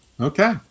Okay